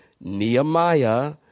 Nehemiah